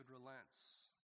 relents